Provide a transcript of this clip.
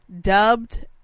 dubbed